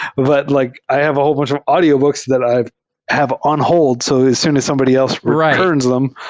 but like i have a whole bunch of audiobooks that i have on hold. so as soon as somebody else returns them,